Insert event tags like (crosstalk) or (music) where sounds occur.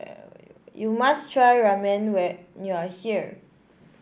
(noise) you must try Ramen when you are here